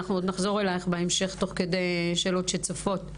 אנחנו עוד נחזור אלייך בהמשך תוך כדי שאלות שצפות.